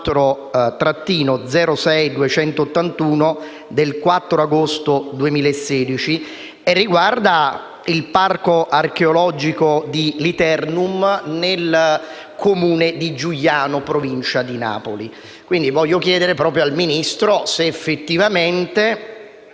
il parco archeologico di Liternum, nel Comune di Giuliano, in provincia di Napoli.